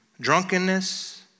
drunkenness